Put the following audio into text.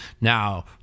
now